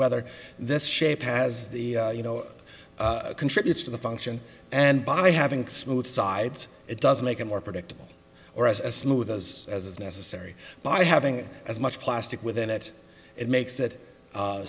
whether this shape has the you know contributes to the function and by having smooth sides it does make it more predictable or as as smooth as as is necessary by having as much plastic within it that makes it